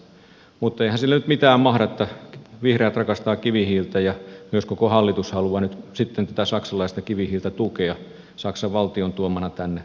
mutta eihän sille nyt mitään mahda että vihreät rakastavat kivihiiltä ja myös koko hallitus haluaa nyt sitten tätä saksalaista kivihiiltä tukea saksan valtion tuomana tänne suomeen